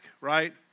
right